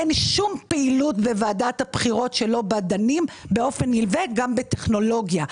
אין שום פעילות בוועדת הבחירות שלא דנים בה באופן נלווה גם בטכנולוגיה,